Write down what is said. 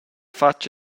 fatg